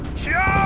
sure